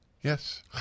Yes